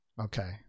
Okay